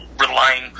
relying